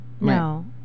no